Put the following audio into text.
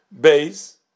Base